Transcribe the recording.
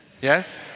Yes